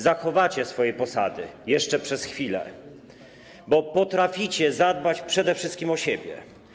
Zachowacie swoje posady jeszcze przez chwilę, bo potraficie zadbać przede wszystkim o siebie.